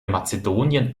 mazedonien